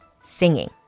singing